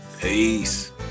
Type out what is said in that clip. peace